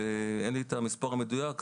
אין לי את המספר המדויק,